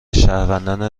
شهروندان